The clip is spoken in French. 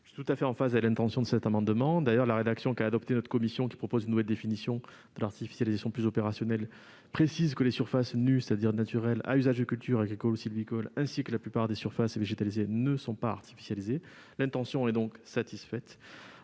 Je suis tout à fait en phase avec l'intention des auteurs de cet amendement. D'ailleurs, la rédaction adoptée par notre commission, qui propose une nouvelle définition, plus opérationnelle, de l'artificialisation, précise que les surfaces nues, c'est-à-dire naturelles, à usage de cultures- agricoles ou sylvicoles -ainsi que la plupart des surfaces végétalisées ne sont pas artificialisées. Votre intention est donc satisfaite,